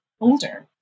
older